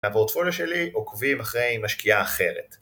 הפרוטפוליו שלי עוקבים אחרי משקיעה אחרת